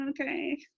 okay